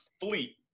fleet